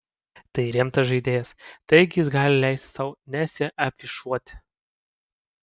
tai rimtas žaidėjas taigi jis gali leisti sau nesiafišuoti